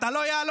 אתה לא יהלום,